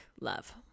love